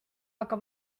aga